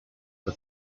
for